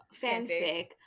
fanfic